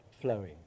flowing